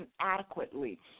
inadequately